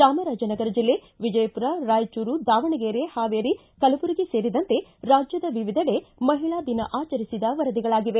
ಚಾಮರಾಜನಗರ ಜಿಲ್ಲೆ ವಿಜಯಪುರ ರಾಯಚೂರು ದಾವಣಗೆರೆ ಹಾವೇರಿ ಕಲಬುರಗಿ ಸೇರಿದಂತೆ ರಾಜ್ಜದ ವಿವಿಧೆಡೆ ಮಹಿಳಾ ದಿನ ಆಚರಿಸಿದ ವರದಿಗಳಾಗಿವೆ